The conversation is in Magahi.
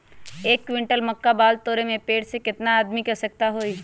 एक क्विंटल मक्का बाल तोरे में पेड़ से केतना आदमी के आवश्कता होई?